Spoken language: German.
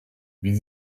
wie